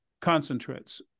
concentrates